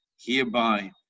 hereby